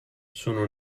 sono